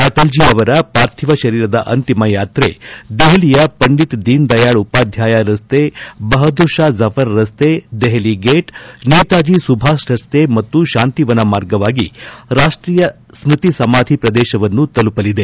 ಅಟಲ್ಜೀ ಅವರ ಪಾರ್ಥೀವ ಶರೀರದ ಅಂತಿಮ ಯಾತ್ರೆ ದೆಪಲಿಯ ಪಂಡಿತ್ ದೀನದಯಾಳ್ ಉಪಾಧ್ಯಾಯ ರಸ್ತೆ ಬಹದ್ಗೂರ್ ಷಾ ಜಫರ್ ರಸ್ತೆ ದೆಹಲಿ ಗೇಟ್ ನೇತಾಜಿ ಸುಭಾಷ್ ರಸ್ತೆ ಮತ್ತು ಶಾಂತಿವನ ಮಾರ್ಗವಾಗಿ ರಾಷ್ಷೀಯ ಸ್ತತಿ ಸಮಾಧಿ ಪ್ರದೇಶವನ್ನು ತಲುಪಲಿದೆ